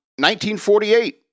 1948